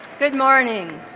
good morning